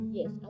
Yes